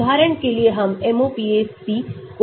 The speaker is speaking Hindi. उदाहरण के लिए हम MOPAC को देखते हैं